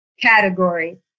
category